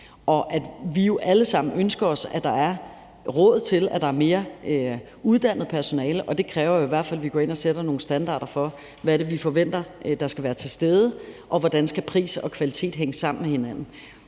og at vi jo alle sammen ønsker os, at der er råd til, at der er mere uddannet personale, og det kræver jo i hvert fald, at vi går ind og sætter nogle standarder for, hvad det er, vi forventer skal være til stede, og hvordan pris og kvalitet skal hænge sammen med hinanden.